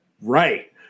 Right